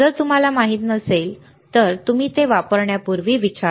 जर तुम्हाला माहित नसेल तर तुम्ही ते वापरण्यापूर्वी विचारा